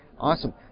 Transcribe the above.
awesome